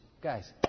Guys